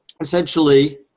essentially